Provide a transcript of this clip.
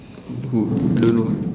who I don't know